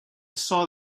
saw